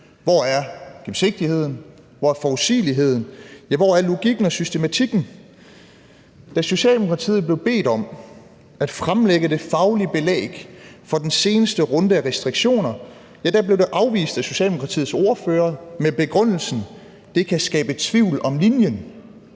Hvor er gennemsigtigheden? Hvor er forudsigeligheden? Ja, hvor er logikken og systematikken? Da Socialdemokratiet blev bedt om at fremlægge det faglige belæg for den seneste runde af restriktioner, blev det afvist af Socialdemokratiets ordfører med begrundelsen: Det kan skabe tvivl om linjen.